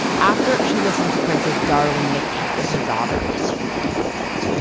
after she listened to princess darling nikki with her daughter she six point